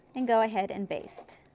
and go ahead and baste.